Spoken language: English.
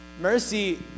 Mercy